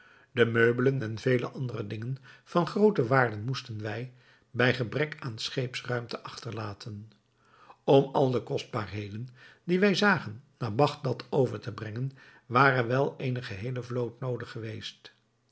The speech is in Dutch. de meubelen en vele andere dingen van groote waarde moesten wij bij gebrek aan scheepsruimte achterlaten om al de kostbaarheden die wij zagen naar bagdad over te brengen ware wel eene geheele vloot noodig geweest